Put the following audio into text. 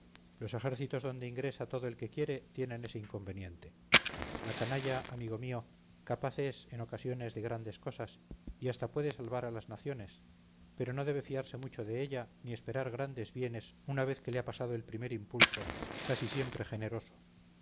los ejércitos donde ingresa todo el que quiere tienen ese inconveniente la canalla amigo mío capaz es en ocasiones de grandes cosas y hasta puede salvar a las naciones pero no debe fiarse mucho de ella ni esperar grandes bienes una vez que le ha pasado el primer impulso casi siempre generoso